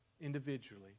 individually